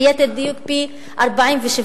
וליתר דיוק, גדל ב-47%.